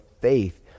faith